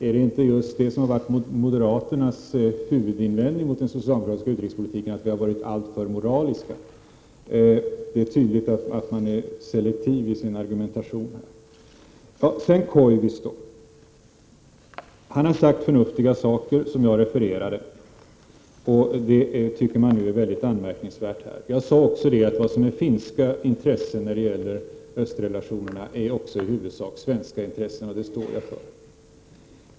Är det inte just det som varit moderaternas huvudinvändning mot den socialdemokratiska utrikespolitiken, att vi har varit alltför moraliska? Det är tydligt att han är selektiv i sin argumentation. Koivisto har sagt förnuftiga saker som jag refererat till, vilket man här tycker är mycket anmärkningsvärt. Jag sade också att vad som är finska intressen när det gäller östrelationerna i huvudsak är även svenska intressen, och det står jag för.